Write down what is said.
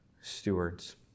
stewards